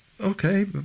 okay